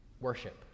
worship